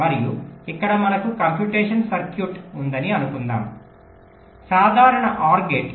మరియు ఇక్కడ మనకు కంప్యూటేషన్ సర్క్యూట్ ఉందని అనుకుందాం సాధారణ ఆర్ గేట్